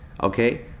Okay